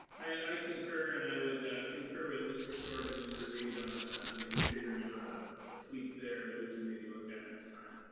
i concur, and i would concur with mr. short and mr. reid on maybe figuring out a ah tweak there that we can maybe look at next time.